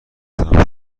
دارم